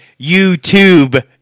youtube